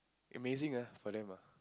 amazing uh for them uh